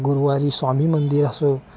गुरुवारी स्वामी मंदिर असो